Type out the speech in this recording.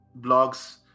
blogs